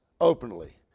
openly